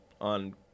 on